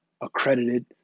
accredited